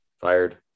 fired